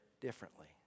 differently